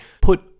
put